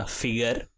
figure